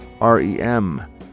REM